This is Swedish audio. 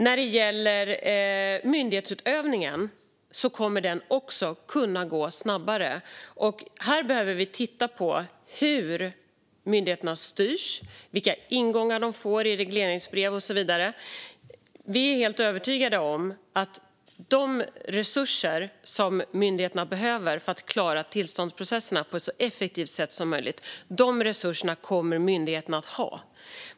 När det gäller myndighetsutövningen kommer den också att kunna gå snabbare. Här behöver vi titta på hur myndigheterna styrs och vilka ingångar de får i regleringsbrev och så vidare. Vi är helt övertygade om att de resurser som myndigheterna behöver för att klara tillståndsprocesserna på ett så effektivt sätt som möjligt kommer de att ha.